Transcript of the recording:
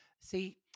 See